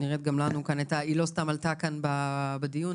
היא לא סתם עלתה כאן בדיון.